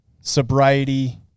sobriety